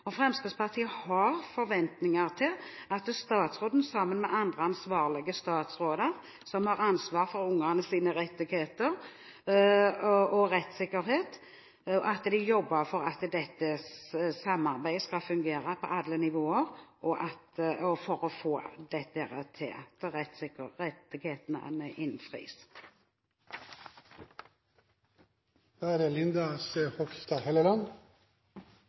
Fremskrittspartiet har forventninger til at statsråden, sammen med andre ansvarlige statsråder som har ansvar for barns rettigheter og rettssikkerhet, jobber for at dette samarbeidet skal fungere på alle nivåer for å få dette til, slik at rettighetene innfris. Jeg vil starte med å takke interpellanten for å ha satt dette viktige temaet på dagsordenen. Det er